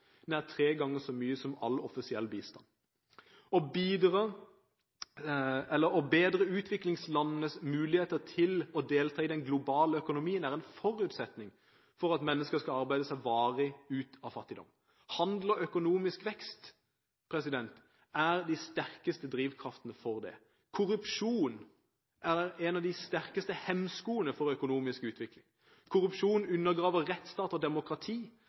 år, nær tre ganger så mye som all offisiell bistand. Å bedre utviklingslandenes muligheter til å delta i den globale økonomien er en forutsetning for at mennesker skal kunne arbeide seg varig ut av fattigdom. Handel og økonomisk vekst er de sterkeste drivkreftene for det. Korrupsjon er en av de sterkeste hemskoene for økonomisk utvikling. Korrupsjon undergraver rettsstat og demokrati,